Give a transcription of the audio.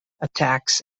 attacks